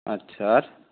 আচ্ছা আর